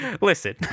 Listen